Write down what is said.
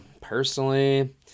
personally